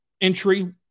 entry